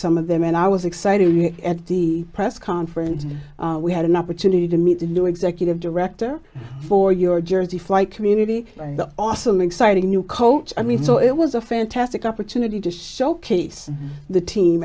some of them and i was excited at the press conference we had an opportunity to meet the new executive director for your jersey flight community the awesome exciting new coach i mean so it was a fantastic opportunity to showcase the team